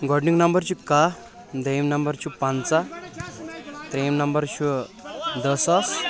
گۄڈنیُک نمبر چھُ کاہ دٔیم نمبر چھُ پنٛژہ ترٛیٚیِم نمبر چھُ دٔہ ساس